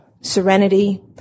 serenity